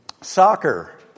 Soccer